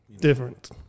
Different